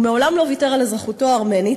הוא מעולם לא ויתר על אזרחותו הארמנית,